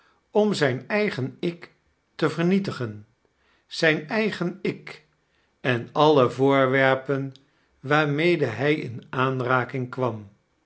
om zijn edgen-ik te vernietdgen zijn eigenik en alle voorwerpen waarmede hij in aanraking kwam